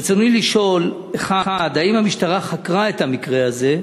רצוני לשאול: 1. האם המשטרה חקרה את המקרה הזה?